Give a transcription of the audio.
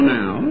now